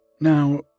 Now